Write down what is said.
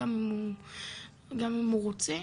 גם אם הוא רוצה,